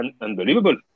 unbelievable